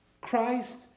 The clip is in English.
Christ